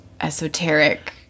esoteric